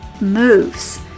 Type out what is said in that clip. moves